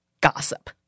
gossip